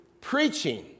preaching